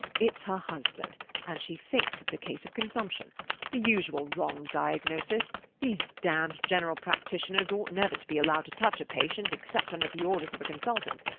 it's her husband and she thinks it's a case of consumption the usual wrong diagnosis these damned general practitioners ought never to be allowed to touch a patient except under the orders of a consultant.